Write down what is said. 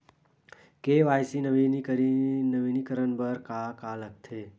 KYC नवीनीकरण बर का का लगथे?